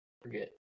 Forget